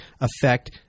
affect